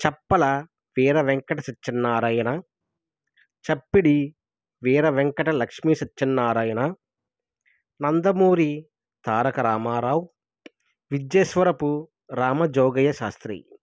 చప్పల వీర వెంకట సత్యనారాయణ చప్పిడి వీర వెంకటలక్ష్మి సత్యనారాయణ నందమూరి తారక రామారావు విద్యశ్వరుపు రామ జోగయ్య శాస్త్రి